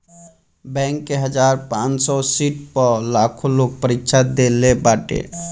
bank के हजार पांच सौ सीट पअ लाखो लोग परीक्षा देहले बाटे